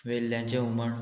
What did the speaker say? वेल्ल्यांचें हुमण